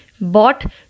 bought